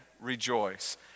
rejoice